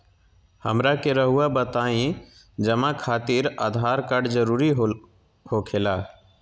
हमरा के रहुआ बताएं जमा खातिर आधार कार्ड जरूरी हो खेला?